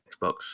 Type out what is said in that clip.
Xbox